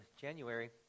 January